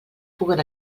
puguen